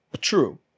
True